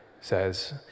says